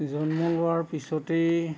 জন্ম হোৱাৰ পিছতেই